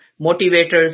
motivators